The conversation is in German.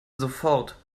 sofort